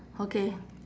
okay